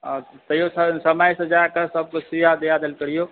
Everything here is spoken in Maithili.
ताहिओ समयसँ जाकऽ सभकेँ सुइआँ दिआ देल करिऔ